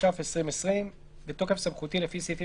התש"ף-2020 בתוקף סמכותי לפי סעיפים